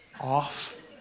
off